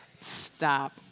Stop